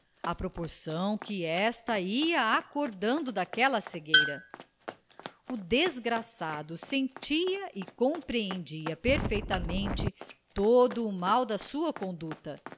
à proporção que esta ia acordando daquela cegueira o desgraçado sentia e compreendia perfeitamente todo o mal da sua conduta